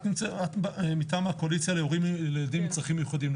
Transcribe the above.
את מטעם הקואליציה להורים לילדים עם צרכים מיוחדים,